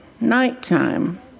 nighttime